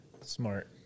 Smart